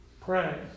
pray